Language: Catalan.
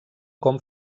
com